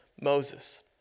Moses